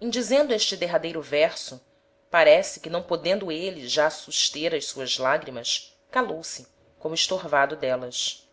em dizendo este derradeiro verso parece que não podendo êle já suster as suas lagrimas calou-se como estorvado d'élas